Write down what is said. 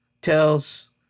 tells